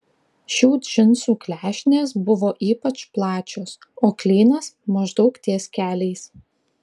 šių džinsų klešnės buvo ypač plačios o klynas maždaug ties keliais